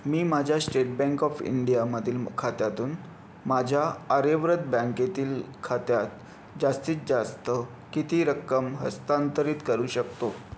मी माझ्या state bank of इंडियामधील खात्यातून माझ्या आर्यव्रत बँकेतील खात्यात जास्तीत जास्त किती रक्कम हस्तांतरित करू शकतो